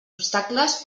obstacles